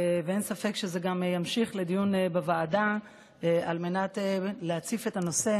ואין ספק שזה גם ימשיך לדיון בוועדה על מנת להציף את הנושא.